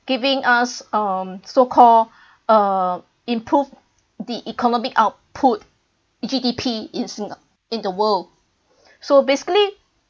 giving us um so called uh improve the economic output G_D_P in singa~ in the world so basically